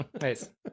Nice